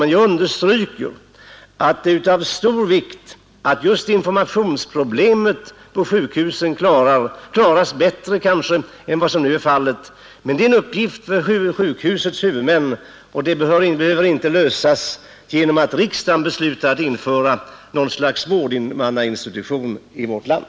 Men jag understryker att det är av stor vikt att just informationsproblemet på sjukhusen löses bättre än vad som nu kanske är fallet. Men det är en uppgift för sjukhusets huvudmän. Det problemet behöver inte lösas genom att riksdagen beslutar att införa något slags vårdmannainstitution i vårt land.